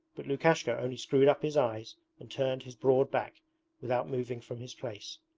but lukashka only screwed up his eyes and turned his broad back without moving from his place.